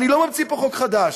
אני לא ממציא פה חוק חדש,